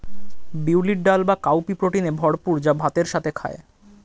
বিউলির ডাল বা কাউপি প্রোটিনে ভরপুর যা ভাতের সাথে খায়